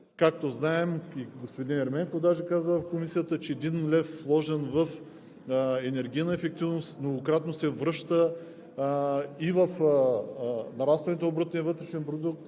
както знаем, а и господин Ерменков даже каза в Комисията, че един лев, вложен в енергийна ефективност, многократно се връща и в нарастването на брутния вътрешен продукт,